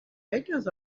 bakers